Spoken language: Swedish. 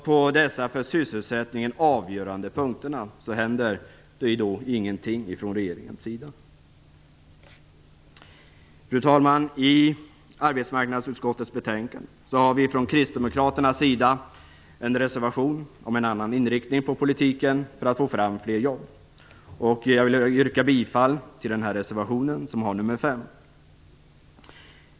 På dessa för sysselsättningen så avgörande punkter gör man ingenting från regeringens sida. Fru talman! I arbetsmarknadsutskottets betänkande har vi kristdemokrater en reservation om en annan inriktning av politiken för att få fram fler jobb. Jag vill yrka bifall till reservation nr 5.